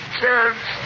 chance